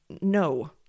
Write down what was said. no